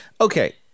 Okay